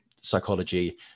psychology